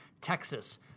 Texas